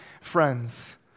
friends